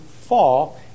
fall